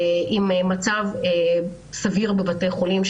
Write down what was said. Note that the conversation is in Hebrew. עם מצב סביר בבתי החולים.